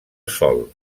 sol